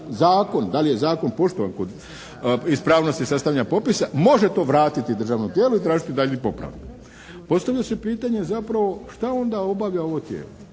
zakon, da li je zakon poštovan kod ispravnosti sastavljanja popisa može to vratiti državnom tijelu i tražiti daljnji popravak. Postavlja se pitanje zapravo šta onda obavlja ovo tijelo?